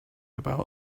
about